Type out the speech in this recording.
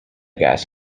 gas